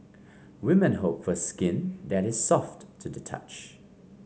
women hope for skin that is soft to the touch